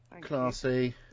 Classy